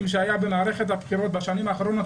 שהיו במערכת הבחירות בשנים האחרונות,